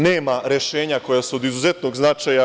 Nema rešenja koja su od izuzetnog značaja.